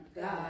God